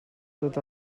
tot